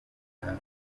hantu